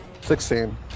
Sixteen